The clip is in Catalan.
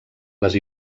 les